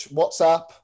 WhatsApp